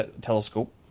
telescope